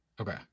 Okay